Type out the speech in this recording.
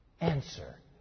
answer